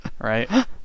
Right